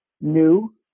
new